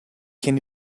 can